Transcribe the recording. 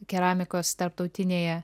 keramikos tarptautinėje